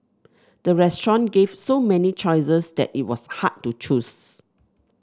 the restaurant gave so many choices that it was hard to choose